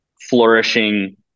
flourishing